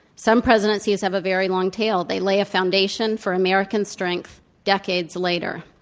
some presidencies have a very long tail. they lay a foundation for american strength decades later.